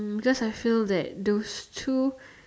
just I feel that those two